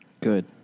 Good